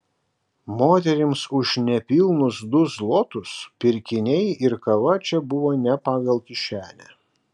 moterims už nepilnus du zlotus pirkiniai ir kava čia buvo ne pagal kišenę